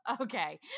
okay